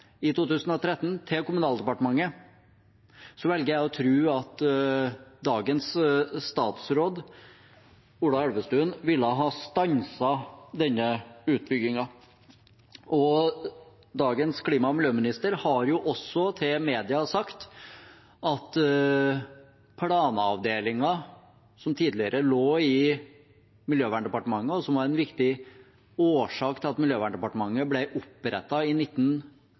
til Kommunaldepartementet i 2013, ville dagens statsråd, Ola Elvestuen, stanset denne utbyggingen. Dagens klima- og miljøminister har jo også sagt til media at planavdelingen, som tidligere lå i Miljøverndepartementet, og som var en viktig årsak til at Miljøverndepartementet ble opprettet i